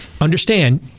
understand